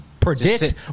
Predict